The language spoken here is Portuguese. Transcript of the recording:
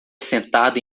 sentada